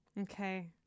Okay